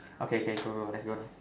okay K go go let's go